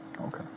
Okay